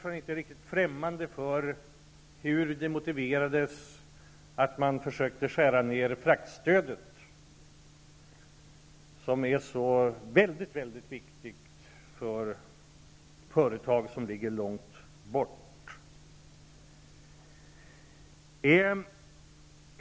Georg Andersson är inte främmande för hur det motiverades att man försökte skära ned fraktstödet, som är så väldigt viktigt för företag som ligger långt bort.